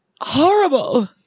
horrible